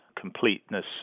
completeness